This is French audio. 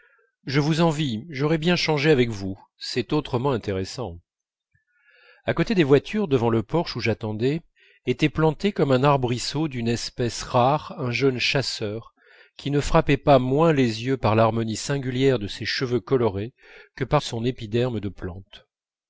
je vous envie j'aurais bien changé avec vous c'est autrement intéressant à côté des voitures devant le porche où j'attendais était planté comme un arbrisseau d'une espèce rare un jeune chasseur qui ne frappait pas moins les yeux par l'harmonie singulière de ses cheveux colorés que par son épiderme de plante